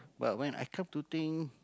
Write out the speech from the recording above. but when I come to think